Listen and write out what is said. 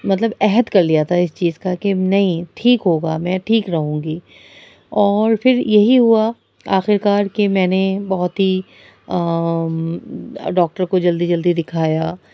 مطلب عہد کر لیا تھا اس چیز کا کہ نہیں ٹھیک ہوگا میں ٹھیک رہوں گی اور پھر یہی ہوا آخر کار کہ میں نے بہت ہی ڈاکٹر کو جلدی جلدی دکھایا